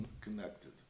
connected